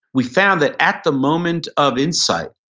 we found that at the moment of insight,